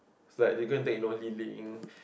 it's like legal and take no living